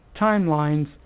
timelines